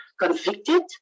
convicted